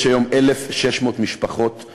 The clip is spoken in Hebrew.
יש היום 1,600 משפחות במעמד,